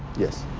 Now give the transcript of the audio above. yes.